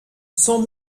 sans